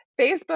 Facebook